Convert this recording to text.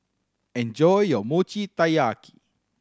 enjoy your Mochi Taiyaki